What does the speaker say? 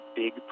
big